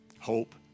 hope